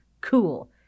cool